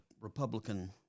Republican